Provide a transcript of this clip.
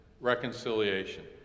reconciliation